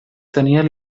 tenien